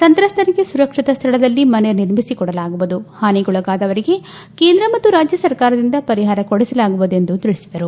ಸಂತ್ರಸ್ತರಿಗೆ ಸುರಕ್ಷಿತ ಸ್ಥಳದಲ್ಲಿ ಮನೆ ನಿರ್ಮಿಸಿಕೊಡಲಾಗುವುದು ಹಾನಿಗೊಳಗಾದವರಿಗೆ ಕೇಂದ್ರ ಮತ್ತು ರಾಜ್ಯ ಸರ್ಕಾರದಿಂದ ಪರಿಹಾರ ಕೊಡಿಸಲಾಗುವುದು ಎಂದು ತಿಳಿಸಿದರು